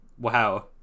Wow